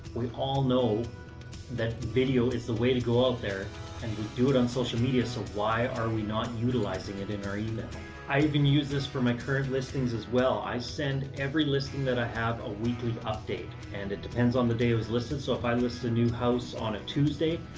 we all know that video is the way to go out there and we do it on social media, so why are we not utilizing it in our email? i even use this for my current listings as well. i send every listing that i have a weekly update and it depends on the day it was listed. so if i list a new house on a tuesday,